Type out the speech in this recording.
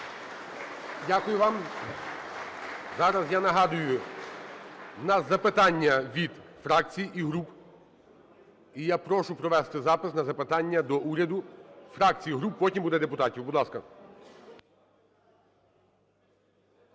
Дякую вам. Зараз, я нагадую, в нас запитання від фракцій і груп. І я прошу провести запис на запитання до уряду фракцій і груп, потім буде – депутатів. Будь ласка.